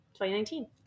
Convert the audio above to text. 2019